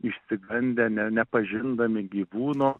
išsigandę ne nepažindami gyvūno